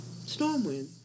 Stormwind